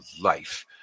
life